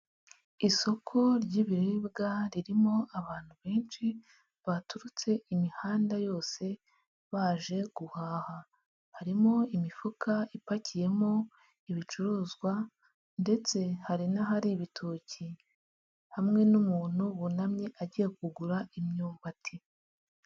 Isoko ry'ibiribwa ririmo abantu benshi baturutse imihanda yose baje guhaha, harimo imifuka ipakiyemo ibicuruzwa ndetse hari n'ahari ibitoki hamwe n'umuntu wunamye agiye kugura imyumbati.